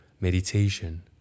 meditation